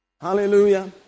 Hallelujah